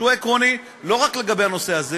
שהוא עקרוני לא רק לגבי הנושא הזה